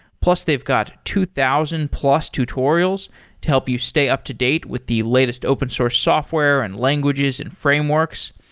plus they've got two thousand plus tutorials to help you stay up-to-date with the latest open source software and languages and frameworks.